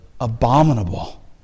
abominable